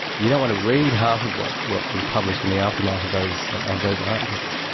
you don't want to read half of what what was published in the aftermath of those of those articles,